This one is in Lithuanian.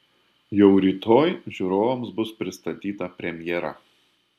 jau rytoj žiūrovams bus pristatyta premjera